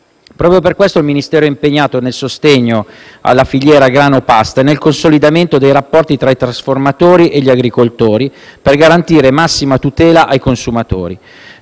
Proprio a tal fine, il Ministero è impegnato nel sostegno alla filiera grano-pasta e nel consolidamento dei rapporti tra i trasformatori e gli agricoltori, per garantire massima tutela ai consumatori.